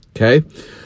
Okay